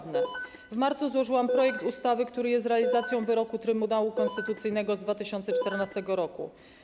W marcu złożyłam projekt ustawy, który jest realizacją wyroku Trybunału Konstytucyjnego z 2014 r.